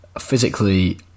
physically